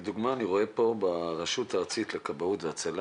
לדוגמה אני רואה פה ברשות הארצית לכבאות והצלה